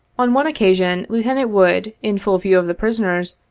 on one occasion, lieutenant wood, in full view of the prisoners,